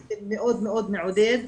זה מאוד מאוד מעודד.